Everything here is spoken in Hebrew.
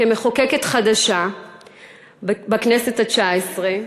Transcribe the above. כמחוקקת חדשה בכנסת התשע-עשרה,